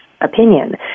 opinion